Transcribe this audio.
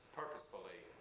purposefully